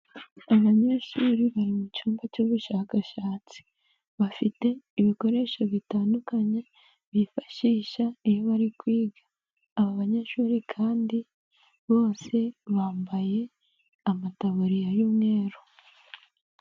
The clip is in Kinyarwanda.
Abanyeshuri bari mu cyumba cy'ubushakashatsi, bafite ibikoresho bitandukanye bifashisha iyo bari kwiga, aba banyeshuri kandi bose bambaye amataburiya y'umweru.